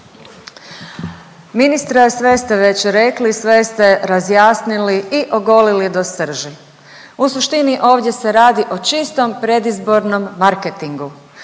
Ministre sve ste već rekli, sve ste razjasnili i ogolili do srži. U suštini ovdje se radi o čistom predizbornom marketingu.